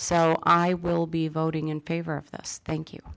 so i will be voting in favor of this thank you